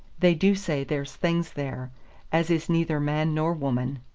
they do say there's things there as is neither man nor woman.